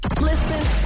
Listen